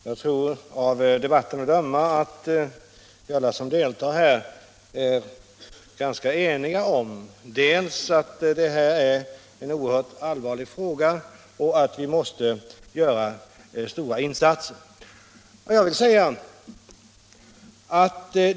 Herr talman! Av debatten att döma är vi alla som deltar här ganska eniga om dels att detta är en oerhört allvarlig fråga, dels att vi måste göra stora insatser.